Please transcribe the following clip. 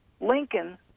Lincoln